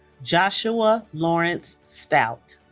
joshua lawrence stout